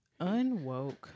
Unwoke